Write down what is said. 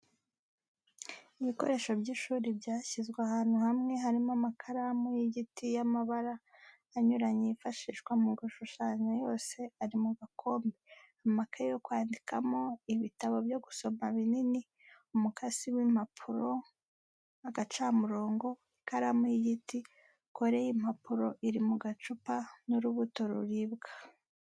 Ibikoresho by'ishuri byashyizwe ahantu hamwe harimo amakaramu y'igiti y'amabara anyuranye yifashishwa mu gushushanya yose ari mu gakombe, amakaye yo kwandikamo, ibitabo byo gusoma binini, umukasi w'impapuro, agacamurongo, ikaramu y'igiti, kore y'impapuro iri mu gacupa n'urubuto ruribwa.